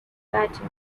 battle